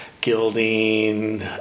gilding